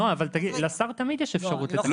נעה, לשר תמיד יש את האפשרות.